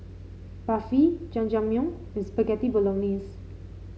Barfi Jajangmyeon and Spaghetti Bolognese